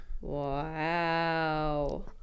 Wow